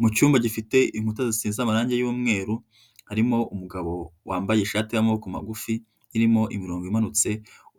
Mu cyumba gifite inkuta zisize amarangi y'umweru harimo umugabo wambaye ishati y'amaboko magufi irimo imirongo imanutse